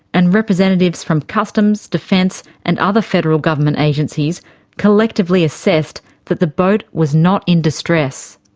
and representatives from customs, defence and other federal government agencies collectively assessed that the boat was not in distress.